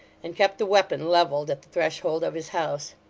and kept the weapon levelled at the threshold of his house.